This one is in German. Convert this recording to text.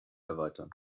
erweitern